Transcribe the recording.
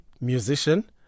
musician